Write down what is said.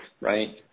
right